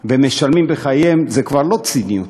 והם משלמים בחייהם, זה כבר לא ציניות,